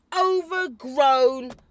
overgrown